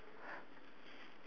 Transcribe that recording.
hi uh